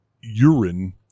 urine